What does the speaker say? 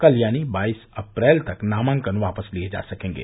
कल यानी बाईस अप्रैल तक नामांकन वापस लिये जा सकेंगे